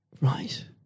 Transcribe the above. Right